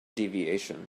deviation